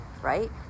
right